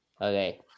Okay